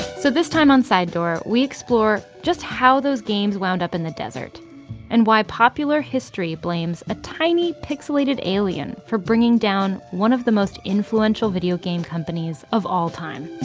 so, this time on sidedoor, we explore just how those games wound up in the desert and why popular history blames a tiny pixelated alien for bringing down one of the most influential video game companies of all time